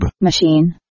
Machine